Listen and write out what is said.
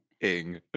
Ing